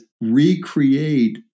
recreate